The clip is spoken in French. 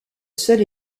seul